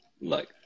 look